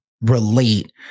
relate